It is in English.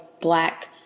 black